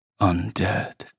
Undead